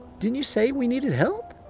didn't you say we needed help?